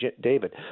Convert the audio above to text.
David